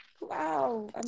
wow